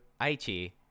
Aichi